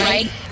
Right